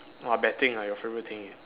!wah! betting ah your favourite thing ah